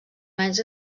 menys